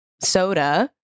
soda